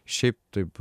šiaip taip